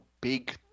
big